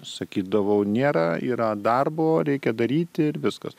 sakydavau nėra yra darbo reikia daryti ir viskas